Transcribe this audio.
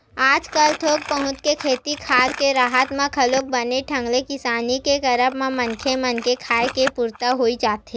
आजकल थोक बहुत के खेती खार के राहत म घलोक बने ढंग ले किसानी के करब म मनखे मन के खाय के पुरता होई जाथे